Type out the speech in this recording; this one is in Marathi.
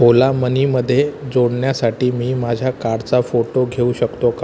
ओला मनीमधे जोडण्यासाठी मी माझ्या कार्डचा फोटो घेऊ शकतो का